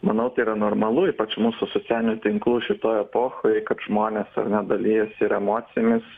manau tai yra normalu ypač mūsų socialinių tinklų šitoj epochoj kad žmonės ar ne dalijasi ir emocijomis